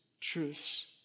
truths